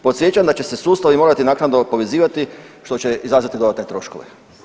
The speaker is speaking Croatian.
Podsjećam da će se sustavi morati naknadno povezivati što će izazvati dodatne troškove.